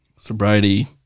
Sobriety